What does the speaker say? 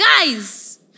guys